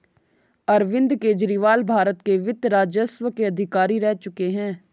अरविंद केजरीवाल भारत के वित्त राजस्व के अधिकारी रह चुके हैं